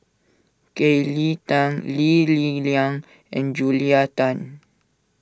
Kelly Tang Lee Li Lian and Julia Tan